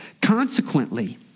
consequently